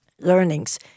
learnings